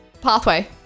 Pathway